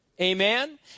Amen